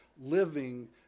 living